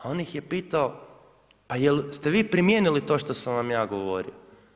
A on ih je pitao, pa jel ste vi primijenili to što sam vam ja govorio?